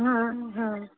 हां हां